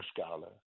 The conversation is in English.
scholar